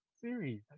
series